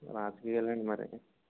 అలా చేయాలండి మరి